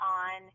on